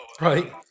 right